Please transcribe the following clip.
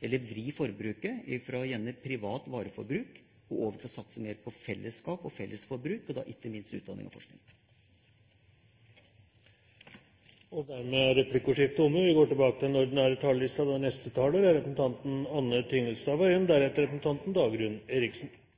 vri forbruket fra privat vareforbruk og over på mer satsing på fellesskap og fellesforbruk, og da ikke minst utdanning og forskning. Dermed er replikkordskiftet omme. Vi er inne i det som kanskje er den